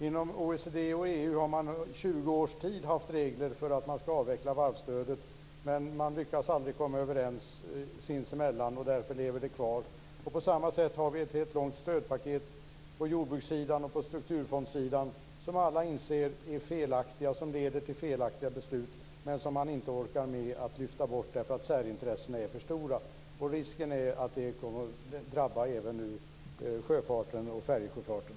Inom OECD och EU har man under 20 års tid haft regler för att man ska avveckla varvsstödet. Men man lyckas aldrig komma överens sinsemellan, och därför lever det kvar. På samma sätt har vi ett helt stödpaket på jordbrukssidan och på strukturfondssidan som alla inser är felaktiga och som leder till felaktiga beslut. Men man orkar inte med att lyfta bort dem därför att särintressena är för stora. Risken är att det kommer att drabba även sjöfarten och färjesjöfarten.